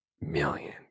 million